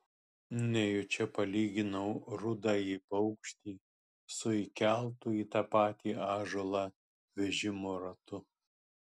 nejučia palyginau rudąjį paukštį su įkeltu į tą patį ąžuolą vežimo ratu